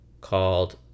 called